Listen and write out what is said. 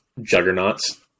juggernauts